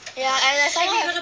yeah and I some more have